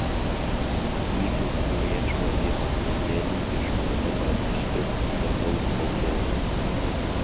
lyg ir turėčiau apie azazelį iš karto pranešti dangaus valdovui